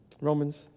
Romans